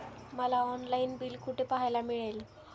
मला online bill कुठे पाहायला मिळेल?